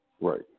Right